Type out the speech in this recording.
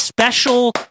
Special